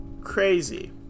crazy